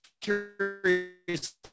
curious